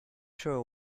sure